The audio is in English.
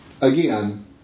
again